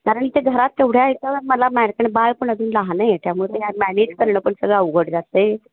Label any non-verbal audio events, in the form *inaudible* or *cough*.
कारण ते घरात तेवढ्या ह्याचं मला *unintelligible* बाळ पण अजून लहान आहे त्यामुळं ते काय मॅनेज करणं पण सगळं अवघड जातं आहे